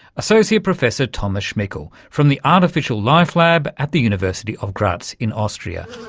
associate professor thomas schmickl from the artificial life lab at the university of graz in austria.